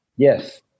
Yes